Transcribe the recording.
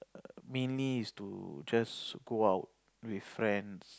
mainly is to just go out with friends